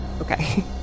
okay